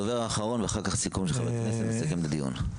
דובר אחרון ואחר כך סיכום של חברי הכנסת ואני אסכם את הדיון.